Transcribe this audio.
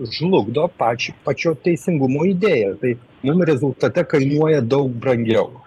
žlugdo pač pačio teisingumo idėją tai mum rezultate kainuoja daug brangiau